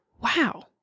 wow